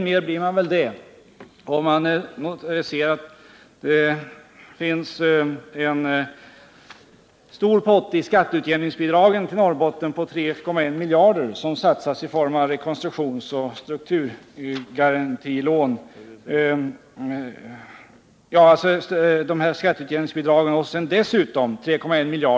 Man blir det än mer när man vet att det finns en stor pott i skatteutjämningsbidragen till Norrbotten, därtill 3,1 miljarder som satsas i form av rekonstruktionsoch strukturgarantilån till SSAB.